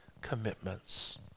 commitments